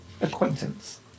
acquaintance